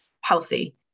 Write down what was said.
healthy